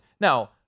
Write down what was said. Now